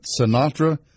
Sinatra